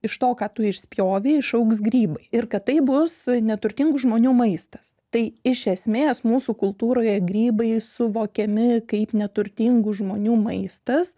iš to ką tu išspjovei išaugs grybai ir kad tai bus neturtingų žmonių maistas tai iš esmės mūsų kultūroje grybai suvokiami kaip neturtingų žmonių maistas